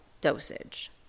dosage